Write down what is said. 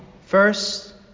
first